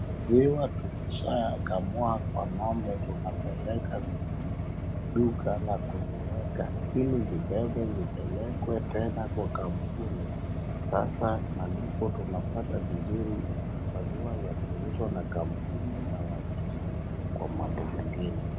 ziwa tukishaa kamua kwa ng'ombe tunapeleka duka la kuliweka ilizibebwe zipelekwe tena kwa kampuni. Sasa malipo tunapata vizuri maziwa yakiuzwa na kampuni na watusaidie kwa mambo mengine.